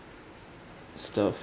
stuff